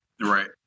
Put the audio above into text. Right